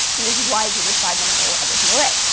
and this is why i do this five minute roll every single day.